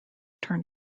turn